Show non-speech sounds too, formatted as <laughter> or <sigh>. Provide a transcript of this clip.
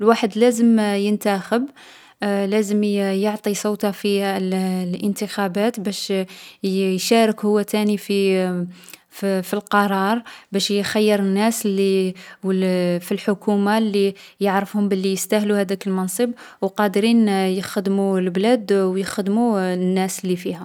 الواحد لازم ينتخب <hesitation> لازم يـ يعطي صوته في الـ الانتخابات باش يـ يشارك هو تاني في <hesitation> فـ في القرار باش يخيّر الناس لي يـ و الـ في الحكومة لي يعرفهم بلي يستاهلو هاداك المنصب و قادرين يخدمو البلاد و يخدمو الناس لي فيها.